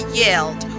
yelled